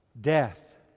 death